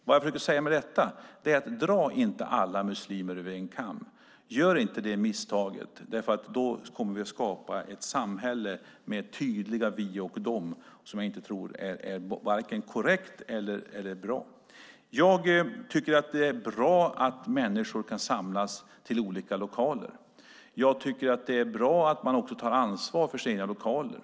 Vad jag försökte säga med detta är: Dra inte alla muslimer över en kam! Gör inte det misstaget, för då kommer vi att skapa ett samhälle med tydliga "vi och de"! Det tror jag inte är vare sig korrekt eller bra. Jag tycker att det är bra att människor kan samlas i olika lokaler. Det är också bra att man tar ansvar för sina lokaler.